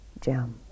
gem